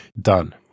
done